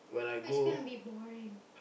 but it's gonna be boring